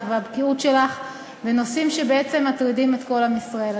והבקיאות שלך בנושאים שבעצם מטרידים את כל עם ישראל.